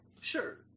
Sure